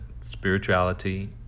spirituality